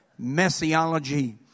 messiology